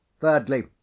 Thirdly